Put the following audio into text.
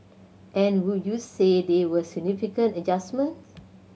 and would you say they were significant adjustments